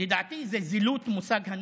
לדעתי, זו זילות מושג הנכבה.